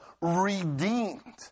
redeemed